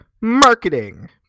marketing